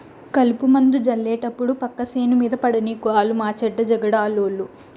కలుపుమందు జళ్లేటప్పుడు పక్క సేను మీద పడనీకు ఆలు మాచెడ్డ జగడాలోళ్ళు